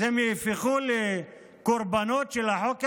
אז הם ייהפכו לקורבנות של החוק הזה,